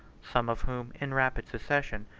some of whom, in rapid succession,